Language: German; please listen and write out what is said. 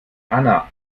anna